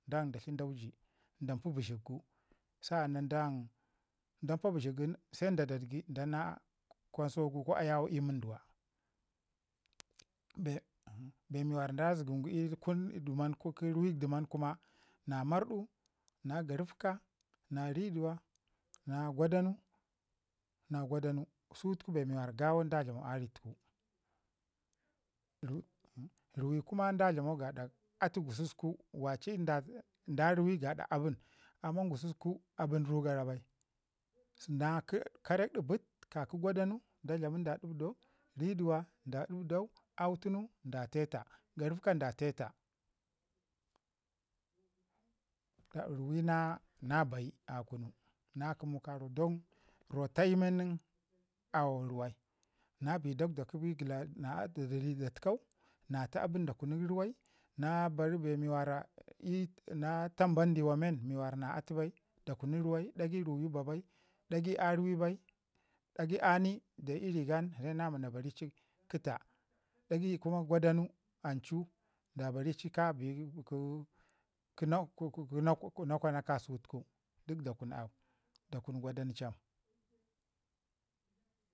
dan dashi dauji dan pi bəshik gu sa'anan "dan dan pa" bəshik gu nin se dan na kwanso gu ii munduwa ko ayawau ii munduwa bee, bee mi wara da zəgəm gu ii dəman kuma na marɗu na garafka, na riduwa na gwadanu na gwadanu, su tuku bee mi wara gawo da dlamau a rituku ruwi kuma da dlamau atu gususku, waci da ruwai gaɗa abən, amman gususku abən rugara bai. Na karek ɗibət ka ki gwadanu da dlamin da ɗibdau, riduwa da ɗibɗau auu tunu da te taa, garafka da te taa. Ruwai na na bayi a kunu don rutayu men nin ruwai, na bi dakwda kə bigila da təkau na ta abən da kunu ruwai, na bar bee wara na tamba ndiwa men mi wara na atu bai da kunu ruwai ɗagai ruyu ba bai, ɗagai a ruwi bai, ɗagai ani da ii ri ga nin se na mi na bari ci kə taa. Dagai guma gwadanu ancu da bari ci ka bi "kə kə nakwana" kasutuku, duk da kun abən duk da kun gwadan cham.